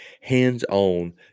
hands-on